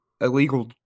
illegal